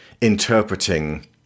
interpreting